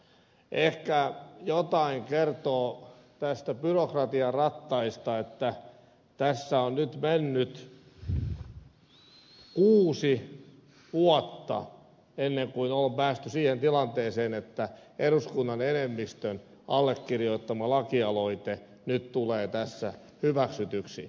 ehkä jotain kertoo byrokratian rattaista että tässä on nyt mennyt kuusi vuotta ennen kuin on päästy siihen tilanteeseen että eduskunnan enemmistön allekirjoittama lakialoite nyt tulee tässä hyväksytyksi